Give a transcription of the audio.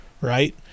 right